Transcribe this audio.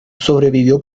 sobrevivió